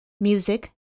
Music